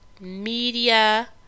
media